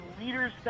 leaders